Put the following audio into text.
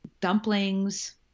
dumplings